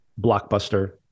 blockbuster